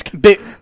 Big